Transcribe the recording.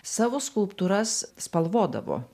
savo skulptūras spalvodavo